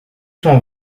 cent